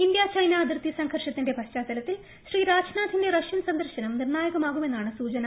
India China അതിർത്തി സംഘർഷത്തിന്റെ പശ്ചാത്തലത്തിൽ ശ്രീ രാജ്നാഥിന്റെ റഷ്യൻ സന്ദർശനം നിർണായകമാകുമെന്നാണ് സൂചന